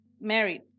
married